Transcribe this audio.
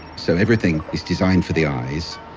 so everything is designed for the eyes.